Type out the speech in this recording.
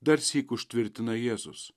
darsyk užtvirtina jėzus